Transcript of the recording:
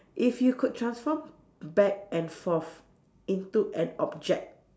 if you could transform back and forth into an object